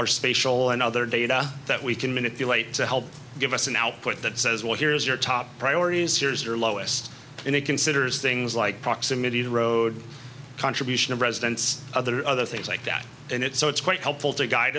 our spatial and other data that we can manipulate to help give us an output that says well here's your top priorities here's your lowest and it considers things like proximity to road contribution of residence other other things like that and it's so it's quite helpful to guide